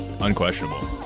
Unquestionable